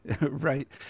Right